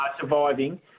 Surviving